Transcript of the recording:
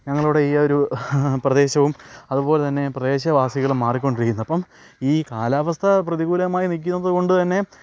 ഞങ്ങളുടെ ഈ ഒരു പ്രദേശവും അതുപോലെ തന്നെ പ്രദേശവാസികളും മാറിക്കൊണ്ടിരിക്കുന്നത് അപ്പം ഈ കാലാവസ്ഥ പ്രതികൂലമായി നിൽക്കുന്നതുകൊണ്ടുതന്നെ